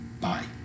Bye